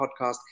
podcast